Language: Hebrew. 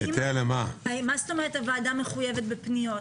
מה זאת אומרת, הוועדה מחויבת בפניות?